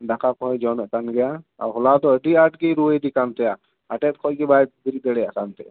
ᱫᱟᱠᱟ ᱠᱚᱦᱚᱸᱭ ᱡᱚᱢᱮᱫ ᱠᱟᱱ ᱜᱮᱭᱟ ᱟᱨ ᱦᱚᱞᱟ ᱫᱚ ᱟᱹᱰᱤ ᱟᱴ ᱜᱮ ᱨᱩᱣᱟᱹᱭᱮᱫᱮ ᱠᱟᱱ ᱛᱟᱦᱮᱸᱫᱼᱟ ᱟᱴᱮᱫ ᱠᱷᱚᱱ ᱜᱮ ᱵᱟᱭ ᱵᱮᱨᱮᱫ ᱛᱟᱦᱮᱸ ᱫᱟᱲᱮᱭᱟᱜ ᱠᱟᱱ ᱛᱟᱦᱮᱱᱟ